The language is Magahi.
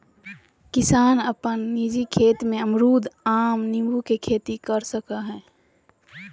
किसान अपन निजी खेत में अमरूद, आम, नींबू के खेती कर सकय हइ